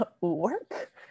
work